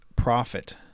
profit